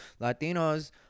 Latinos